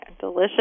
delicious